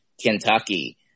Kentucky